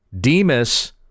Demas